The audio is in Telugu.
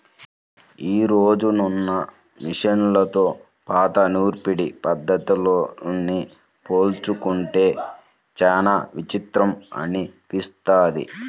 యీ రోజునున్న మిషన్లతో పాత నూర్పిడి పద్ధతుల్ని పోల్చుకుంటే చానా విచిత్రం అనిపిస్తది